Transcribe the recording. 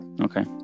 Okay